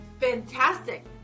fantastic